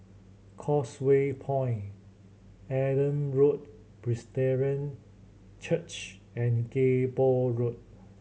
Causeway Point Adam Road Presbyterian Church and Kay Poh Road